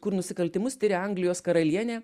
kur nusikaltimus tiria anglijos karalienė